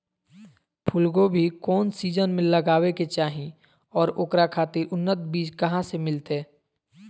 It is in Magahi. फूलगोभी कौन सीजन में लगावे के चाही और ओकरा खातिर उन्नत बिज कहा से मिलते?